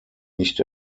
nicht